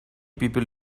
people